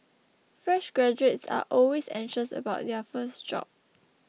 fresh graduates are always anxious about their first job